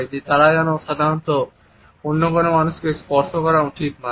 যে তাদের সাধারণত অন্য কোনো মানুষকে স্পর্শ করা উচিত নয়